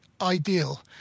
ideal